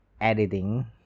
editing